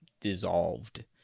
dissolved